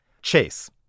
Chase